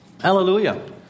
Hallelujah